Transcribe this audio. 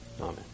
Amen